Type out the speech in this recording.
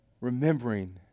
remembering